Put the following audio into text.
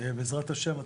בעזרת השם,